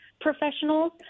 professionals